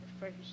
first